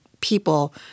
people